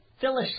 Phyllis